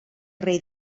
rei